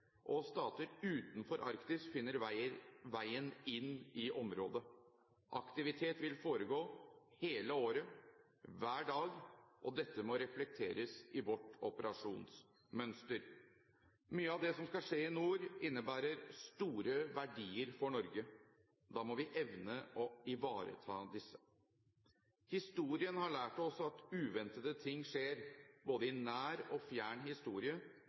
og stater utenfor Arktis finner veien inn i området. Aktivitet vil foregå hele året, hver dag, og dette må reflekteres i vårt operasjonsmønster. Mye av det som skal skje i nord, innebærer store verdier for Norge. Da må vi evne å ivareta disse. Historien har lært oss at uventede ting skjer. Både i nær og fjern historie